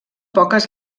poques